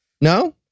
No